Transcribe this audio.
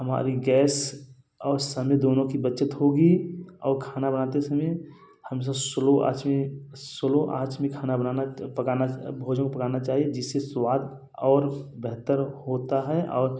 हमारी गैस और समय दोनों की बचत होगी और खाना बनाते समय हम सब स्लो आँच में स्लो आँच में खाना बनाना पकाना भोजन पकाना चाहिए जिससे स्वाद और बेहतर होता है और